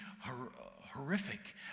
horrific